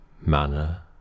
manner